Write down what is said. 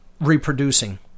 reproducing